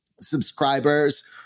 subscribers